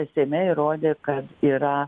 seime įrodė kad yra